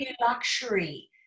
luxury